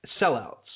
sellouts